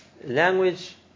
language